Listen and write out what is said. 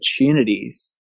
opportunities